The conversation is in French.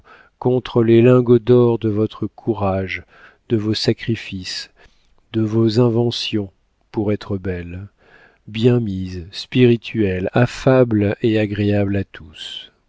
contre les lingots d'or de votre courage de vos sacrifices de vos inventions pour être belle bien mise spirituelle affable et agréable à tous